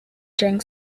drank